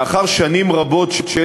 לאחר שנים רבות של